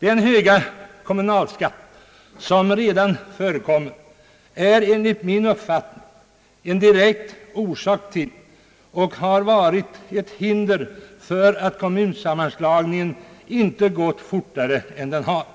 Den höga kommunalskatt som redan förekommer är enligt min uppfattning en direkt orsak till och har varit ett hinder för att kommunsammanslagningen inte gått fortare än den gjort.